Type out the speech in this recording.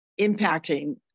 impacting